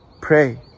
pray